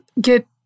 get